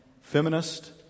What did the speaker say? feminist